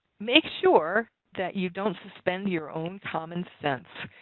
make sure that you don't suspend your own common sense.